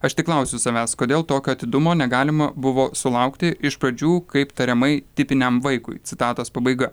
aš tik klausiu savęs kodėl tokio atidumo negalima buvo sulaukti iš pradžių kaip tariamai tipiniam vaikui citatos pabaiga